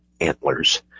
antlers